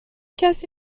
کسی